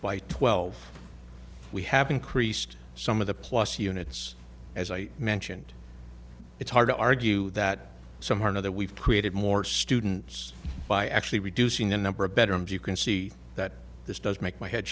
by twelve we have increased some of the plus units as i mentioned it's hard to argue that somehow or another we've created more students by actually reducing the number of bedrooms you can see that this does make my head